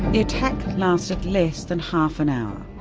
the attack lasted less than half an hour.